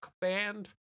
band